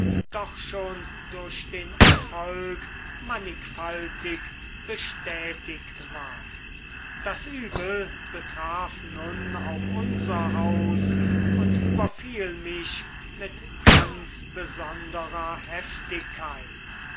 doch schon durch den erfolg mannigfaltig bestätigt war das übel betraf nun auch unser haus und überfiel mich mit ganz besonderer heftigkeit